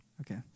Okay